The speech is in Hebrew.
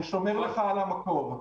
אני שומר לך על המקום.